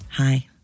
Hi